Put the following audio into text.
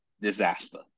disaster